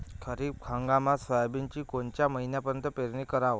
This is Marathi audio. खरीप हंगामात सोयाबीनची कोनच्या महिन्यापर्यंत पेरनी कराव?